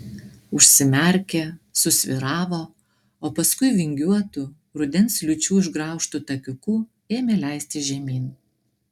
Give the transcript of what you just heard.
užsimerkė susvyravo o paskui vingiuotu rudens liūčių išgraužtu takiuku ėmė leistis žemyn